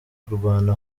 kurwana